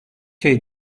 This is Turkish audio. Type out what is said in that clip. şey